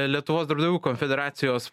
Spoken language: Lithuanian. lietuvos darbdavių konfederacijos